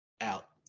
Out